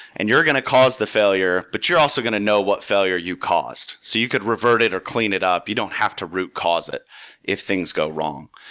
and you're going to cause the failure, but you're also going to know what failure you caused. so you could revert it or clean it up. you don't have to root cause it if things go wrong.